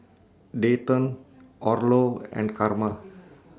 Dayton Orlo and Carma